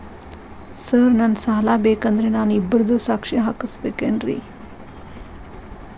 Sir ನನಗೆ ಸಾಲ ಬೇಕಂದ್ರೆ ನಾನು ಇಬ್ಬರದು ಸಾಕ್ಷಿ ಹಾಕಸಬೇಕೇನ್ರಿ?